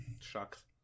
Shucks